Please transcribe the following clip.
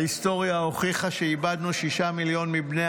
ההיסטוריה הוכיחה שאיבדנו 6 מיליון מבני